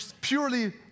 purely